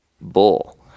bull